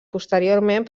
posteriorment